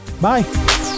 Bye